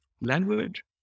language